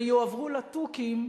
ויועברו לתוכים,